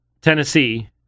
Tennessee